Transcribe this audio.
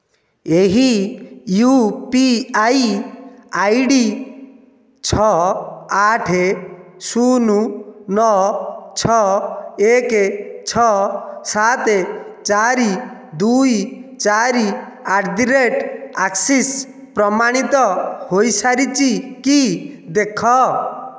ଏହି U P I I D ଛଅ ଆଠ ଶୂନ ନଅ ଛଅ ଏକ ଛଅ ସାତ ଚାରି ଦୁଇ ଚାରି ଆଟ୍ ଦ୍ ରେଟ୍ ଆକ୍ସିସ୍ ପ୍ରମାଣିତ ହୋଇସାରିଛି କି ଦେଖ